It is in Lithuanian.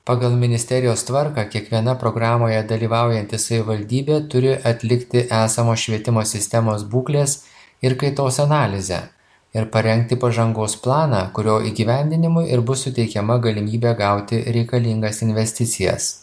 pagal ministerijos tvarką kiekviena programoje dalyvaujanti savivaldybė turi atlikti esamos švietimo sistemos būklės ir kaitos analizę ir parengti pažangos planą kurio įgyvendinimui ir bus suteikiama galimybė gauti reikalingas investicijas